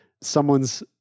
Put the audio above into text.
someone's